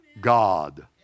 God